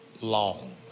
long